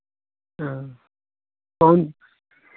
हाँ कौन